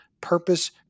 purpose